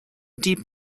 deep